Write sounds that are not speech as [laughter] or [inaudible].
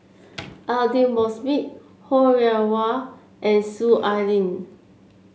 [noise] Aidli Mosbit Ho Rih Hwa and Soon Ai Ling